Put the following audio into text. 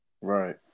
right